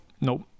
nope